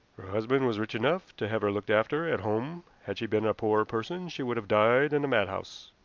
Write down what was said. husband was rich enough to have her looked after at home had she been a poorer person she would have died in a madhouse.